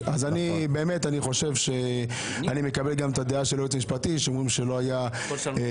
אני מקבל גם את הדעה של היועצת המשפטית שאומרת שלא היה אחד.